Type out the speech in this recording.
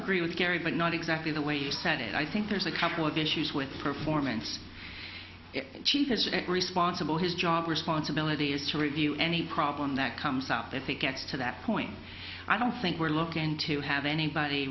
agree with gary but not exactly the way he said it i think there's a couple of issues with performance she has a responsible his job responsibility is to review any problem that comes out if it gets to that point i don't think we're looking to have anybody